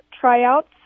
tryouts